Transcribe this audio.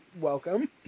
welcome